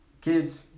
Kids